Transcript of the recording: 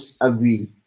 agree